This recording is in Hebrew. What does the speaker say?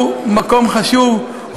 שהוא מקום חשוב,